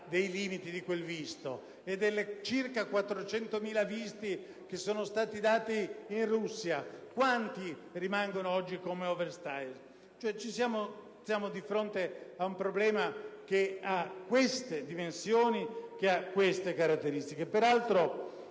dei limiti del visto? E dei circa 400.000 visti che sono stati dati in Russia, quanti rimangono oggi come *overstayer*? Siamo di fronte ad un problema che ha queste dimensioni, che ha queste caratteristiche.